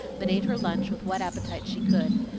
but ate her lunch with what appetite she could,